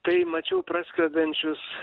tai mačiau praskrendančius